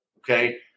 okay